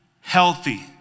healthy